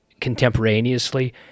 contemporaneously